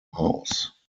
house